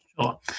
Sure